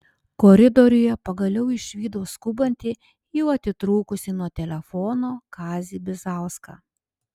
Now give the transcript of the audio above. koridoriuje pagaliau išvydau skubantį jau atitrūkusį nuo telefono kazį bizauską